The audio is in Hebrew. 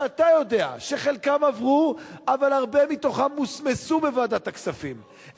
שאתה יודע שחלקן עברו אבל הרבה מתוכן מוסמסו בוועדת הכספים,